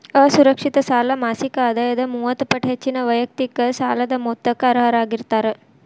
ಅಸುರಕ್ಷಿತ ಸಾಲ ಮಾಸಿಕ ಆದಾಯದ ಮೂವತ್ತ ಪಟ್ಟ ಹೆಚ್ಚಿನ ವೈಯಕ್ತಿಕ ಸಾಲದ ಮೊತ್ತಕ್ಕ ಅರ್ಹರಾಗಿರ್ತಾರ